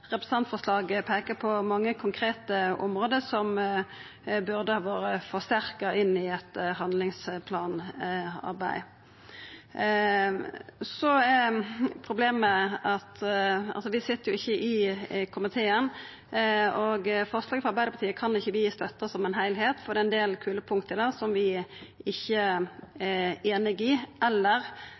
representantforslaget peiker på mange konkrete område som burde ha vore forsterka i eit handlingsplanarbeid. Problemet er at vi ikkje sit i komiteen, og vi kan ikkje støtta forslaget frå Arbeidarpartiet som heilskap – det er ein del av strekpunkta der som vi ikkje er einige i,